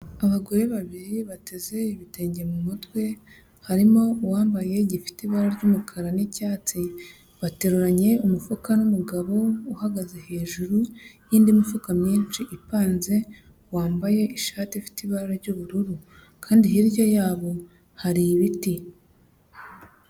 Abagore babiri bateze ibitenge mu mutwe harimo uwambaye gifite ibara ry'umukara n'icyatsi, bateruranye umufuka n'umugabo uhagaze hejuru y'indi mifuka myinshi ipanze wambaye ishati ifite ibara ry'ubururu kandi hirya yabo hari ibiti.